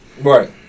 Right